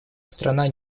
страна